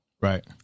Right